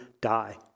die